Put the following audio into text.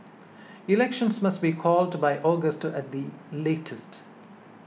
elections must be called by August at the latest